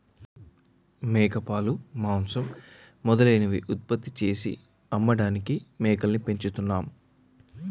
మేకపాలు, మాంసం మొదలైనవి ఉత్పత్తి చేసి అమ్మడానికి మేకల్ని పెంచుతున్నాం